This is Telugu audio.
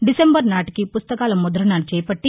డిసెంబర్ నాటికి పుస్తకాల ముద్రణ చేపట్టి